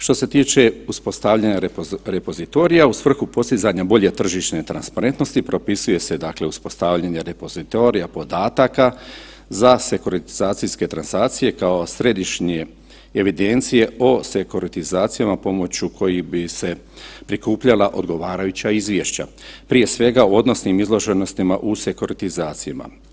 Što se tiče uspostavljanja repozitorija u svrhu postizanja bolje tržišne transparentnosti propisuje se dakle uspostavljanje repozitorija podataka za sekuratizacijske transacije kao središnje evidencije o sekuratizacijama pomoću kojih bi se prikupljala odgovarajuća izvješća, prije svega u odnosnim izloženostima u sekuratizacijama.